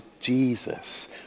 Jesus